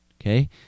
okay